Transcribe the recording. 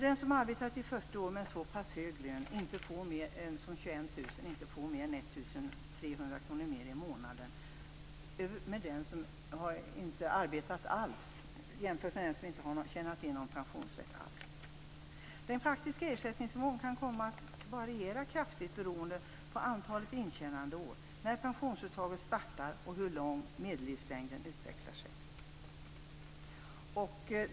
Den som arbetat i 40 år med en så pass hög lön som 21 000 kr får inte mer än 1 300 kr mer i månaden än den som inte har tjänat in någon pensionsrätt alls. Den faktiska ersättningsnivån kan komma att variera kraftigt beroende på antalet intjänandeår, när pensionsuttaget startar och hur medellivslängden utvecklar sig.